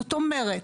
זאת אומרת,